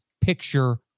picture